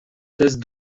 thèses